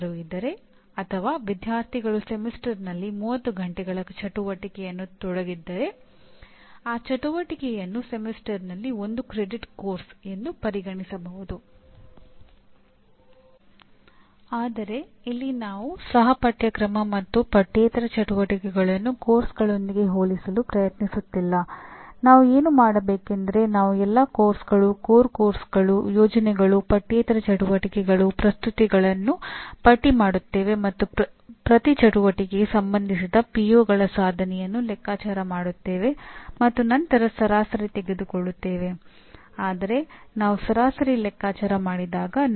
ಮಾನ್ಯತೆ ಎನ್ನುವುದು ಗುಣಮಟ್ಟದ ಭರವಸೆ ಮತ್ತು ಸುಧಾರಣೆಯ ಪ್ರಕ್ರಿಯೆಯಾಗಿದ್ದು ಆ ಮೂಲಕ ಅನುಮೋದಿತ ಸಂಸ್ಥೆಯಲ್ಲಿನ ಒಂದು ಕಾರ್ಯಕ್ರಮವು ಕಾಲಕಾಲಕ್ಕೆ ನಿಯಂತ್ರಕನು ನಿಗದಿಪಡಿಸಿದ ಮಾನದಂಡಗಳನ್ನು ಪೂರೈಸುತ್ತಿದೆಯೇ ಅಥವಾ ಮೀರಿದೆಯೇ ಎಂಬುದನ್ನು ಪರಿಶೀಲಿಸಲು ವಿಮರ್ಶಾತ್ಮಕವಾಗಿ ಮೌಲ್ಯಮಾಪನ ಮಾಡಲಾಗುತ್ತದೆ